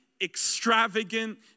extravagant